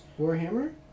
Warhammer